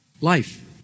life